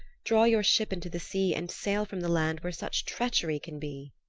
draw your ship into the sea and sail from the land where such treachery can be.